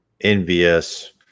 envious